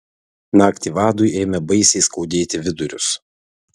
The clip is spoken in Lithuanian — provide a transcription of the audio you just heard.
naktį vadui ėmė baisiai skaudėti vidurius